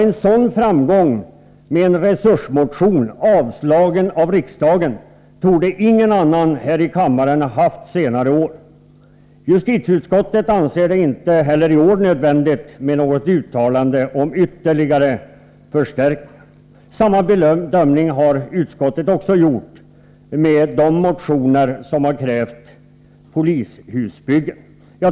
En sådan framgång med en resursmotion, avslagen av riksdagen, torde ingen annan här i kammaren ha haft under senare år. Justitieutskottet anser det inte heller i år nödvändigt med något uttalande om ytterligare förstärkningar. Samma bedömning har utskottet gjort när det gäller de motioner som krävt polishusbyggen.